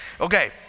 Okay